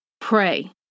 Pray